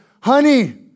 honey